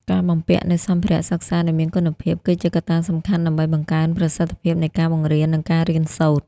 ការបំពាក់នូវសម្ភារៈសិក្សាដែលមានគុណភាពគឺជាកត្តាសំខាន់ដើម្បីបង្កើនប្រសិទ្ធភាពនៃការបង្រៀននិងការរៀនសូត្រ។